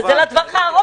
אבל כל זה לטווח הארוך.